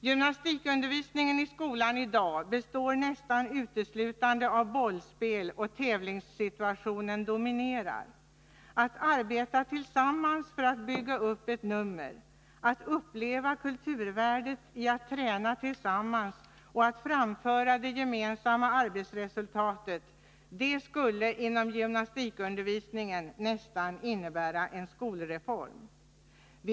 Gymnastikundervisningen i skolan i dag består nästan uteslutande av bollspel, och tävlingsinslagen dominerar. Att arbeta tillsammans för att bygga upp ett nummer, att uppleva kulturvärdet i att träna tillsammans och att framföra det gemensamma arbetsresultatet, det skulle inom gymnastikundervisningen nästan innebära en skolreform.